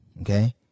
Okay